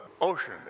ocean